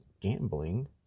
gambling